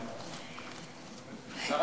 אפשר הצעה?